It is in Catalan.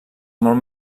molt